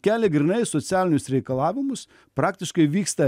kelia grynai socialinius reikalavimus praktiškai vyksta